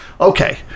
okay